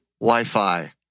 Wi-Fi